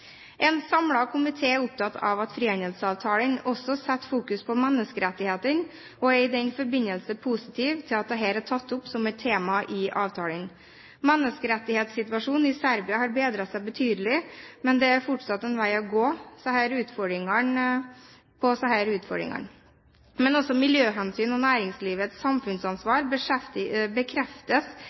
En samlet komité er opptatt av at frihandelsavtalen også fokuserer på menneskerettighetene, og er i den forbindelse positiv til at dette er tatt opp som et tema i avtalen. Menneskerettighetssituasjonen i Serbia har bedret seg betydelig, men det er fortsatt en vei å gå når det gjelder disse utfordringene. Men også miljøhensyn og næringslivets samfunnsansvar bekreftes